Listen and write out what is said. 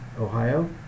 Ohio